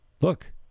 Look